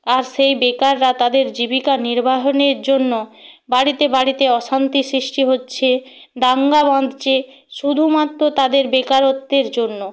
আর সেই বেকাররা তাদের জীবিকা নির্বাহনের জন্য বাড়িতে বাড়িতে অশান্তির সৃষ্টি হচ্ছে দাঙ্গা বাঁধছে শুধুমাত্র তাদের বেকারত্বের জন্য